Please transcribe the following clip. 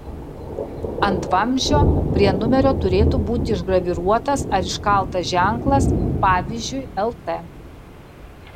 ant vamzdžio prie numerio turėtų būti išgraviruotas ar iškaltas ženklas pavyzdžiui lt